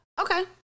Okay